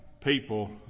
people